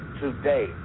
Today